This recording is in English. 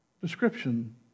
description